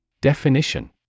Definition